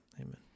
amen